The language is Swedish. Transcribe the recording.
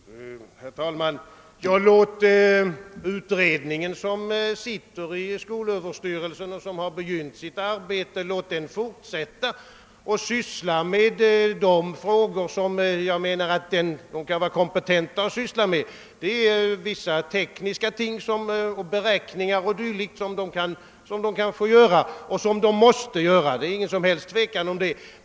Herr talman! Låt den utredning inom skolöverstyrelsen som har börjat sitt arbete fortsätta därmed och låt den syssla med de frågor som den är kom-. petent att syssla med — vissa. tekniska frågor, beräkningar o.d. kan och måste den handha, därom råder ingen tvekan.